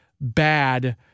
bad